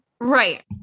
Right